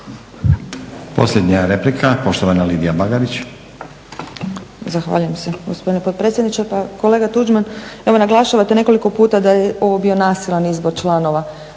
Posljednja replika poštovana Lidija Bagarić.